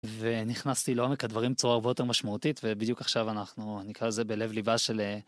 ונכנסתי לעומק הדברים בצורה הרבה יותר משמעותית, ובדיוק עכשיו אנחנו נקרא לזה בלב ליבה של...